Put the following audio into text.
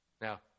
Now